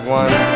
one